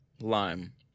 Lime